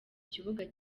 kibuga